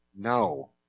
No